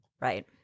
right